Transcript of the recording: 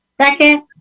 Second